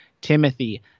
timothy